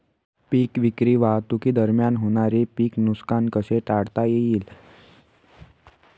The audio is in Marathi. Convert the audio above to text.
पीक विक्री वाहतुकीदरम्यान होणारे पीक नुकसान कसे टाळता येईल?